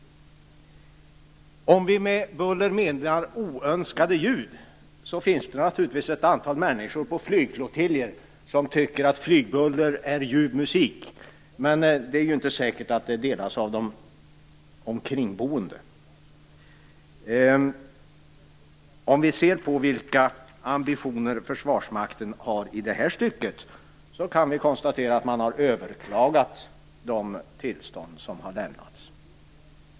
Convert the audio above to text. Om vi med buller menar oönskade ljud finns det ett antal människor på flygflottiljer som tycker att flygbuller är ljuv musik. Men det är ju inte säkert att den uppfattningen delas av de kringboende. Om vi ser på Försvarsmaktens ambitioner i det här stycket kan vi konstatera att man har överklagat de tillstånd som har lämnats.